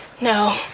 No